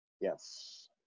Yes